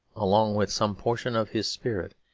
along with some portion of his spirit,